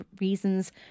reasons